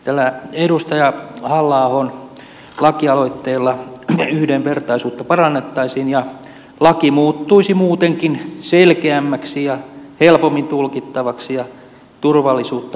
tällä edustaja halla ahon lakialoitteella yhdenvertaisuutta parannettaisiin ja laki muuttuisi muutenkin selkeämmäksi ja helpommin tulkittavaksi ja turvallisuutta parantavaksi